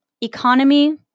economy